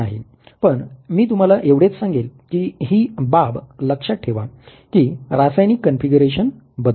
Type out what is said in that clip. पण मी तुम्हाला एवढेच सांगेल की हि बाब लक्षात ठेवा की रासायनिक कॉन्फिगरेशन बदलते